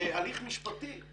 הליך משפטי.